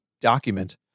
document